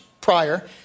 prior